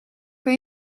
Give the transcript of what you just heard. kan